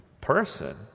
person